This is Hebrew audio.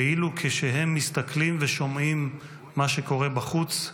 ואילו כשהם מסתכלים ושומעים מה שקורה בחוץ,